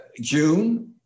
June